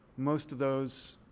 most of those